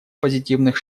позитивных